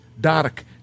dark